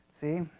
See